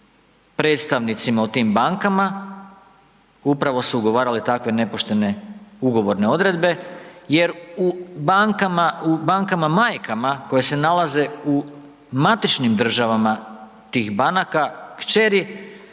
predstavnicima u tim bankama, upravo su ugovarale takve nepoštene ugovorne odredbe jer u bankama, bankama majkama koje se nalaze u matičnim državama tih banaka kćeri,